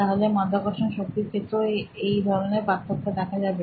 তাহলে মধ্যাকর্ষণ শক্তির ক্ষেত্রেও এই ধরনের পার্থক্য দেখা যাবে